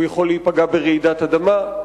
הוא יכול להיפגע ברעידת אדמה.